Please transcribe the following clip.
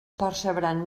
percebran